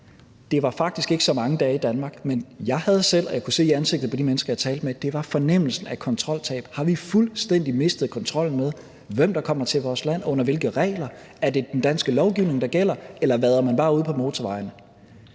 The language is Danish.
Det var faktisk ikke så mange dage i Danmark, men jeg havde det selv sådan – og jeg kunne se det i ansigtet på de mennesker: Det var fornemmelsen af kontroltab. Har vi fuldstændig mistet kontrollen med, hvem der kommer til vores land, og under hvilke regler? Er det den danske lovgivning, der gælder, eller vader man bare ud på motorvejene?